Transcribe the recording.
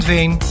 Veen